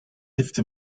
lift